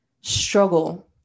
struggle